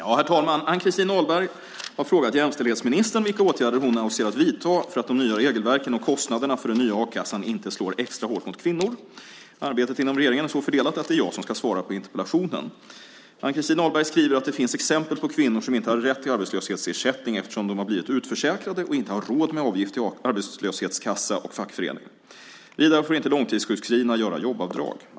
Herr talman! Ann-Christin Ahlberg har frågat jämställdhetsministern vilka åtgärder hon avser att vidta för att de nya regelverken och kostnaderna för den nya a-kassan inte slår extra hårt mot kvinnor. Arbetet inom regeringen är så fördelat att det är jag som ska svara på interpellationen. Ann-Christin Ahlberg skriver att det finns exempel på kvinnor som inte har rätt till arbetslöshetsersättning eftersom de blivit utförsäkrade och inte har råd med avgift till arbetslöshetskassa och fackförening. Vidare får inte långtidssjukskrivna göra jobbavdrag.